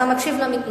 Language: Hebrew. אתה מקשיב למתנחלים.